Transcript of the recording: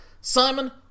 simon